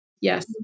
Yes